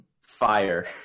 fire